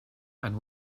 and